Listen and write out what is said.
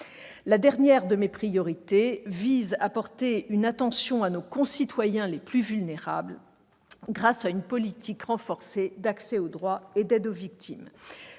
La dernière de mes priorités est de porter une attention particulière à nos concitoyens les plus vulnérables, grâce à une politique renforcée d'accès au droit et d'aide aux victimes.